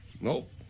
nope